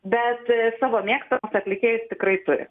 bet savo mėgstamus atlikėjus tikrai turi